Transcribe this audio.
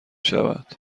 شود